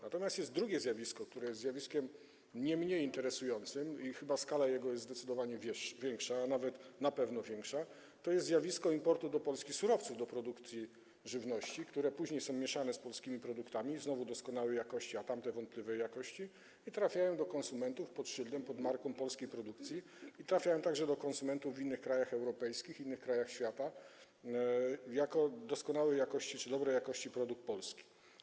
Natomiast jest drugie zjawisko, które jest zjawiskiem nie mniej interesującym, i chyba jego skala jest zdecydowanie większa, a nawet na pewno większa - jest to zjawisko importu do Polski surowców do produkcji żywności, które później są mieszane z polskimi produktami doskonałej jakości, a tamte są wątpliwej jakości i trafiają do konsumentów pod szyldem, pod marką polskiej produkcji, trafiają także do konsumentów w innych krajach europejskich, innych krajach świata jako doskonałej jakości czy dobrej jakości produkt polski.